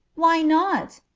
why not?